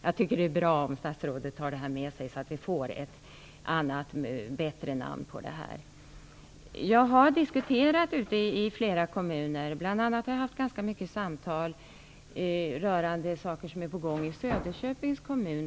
Jag tycker att det är bra om statsrådet tar detta med sig så att vi får ett bättre namn på det. Jag har diskuterat detta ute i kommunerna. Bl. a. har jag haft ganska många samtal rörande saker som är på gång i Söderköpings kommun.